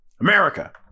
America